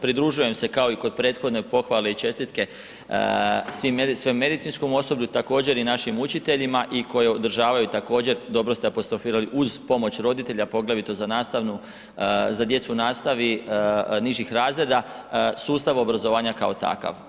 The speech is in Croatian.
Pridružujem se kao i kod prethodne pohvale i čestitke svem medicinskom osoblju također i našim učiteljima i koje održavaju također dobro ste apostrofirali uz pomoć roditelja poglavito za nastavnu, za djecu u nastavi nižih razreda sustav obrazovanja kao takav.